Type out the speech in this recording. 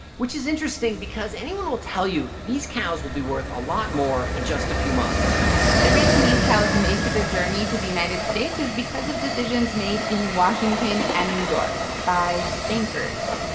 which is interesting because anyone will tell you, these cows will be worth a lot more in just a few months the reason these cows make the journey to the united states is because of decisions made in washington and new york by bankers.